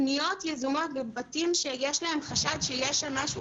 פניות יזומות בבתים שיש להם חשד שיש שם משהו.